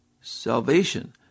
salvation